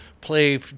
play